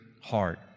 heart